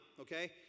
okay